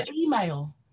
email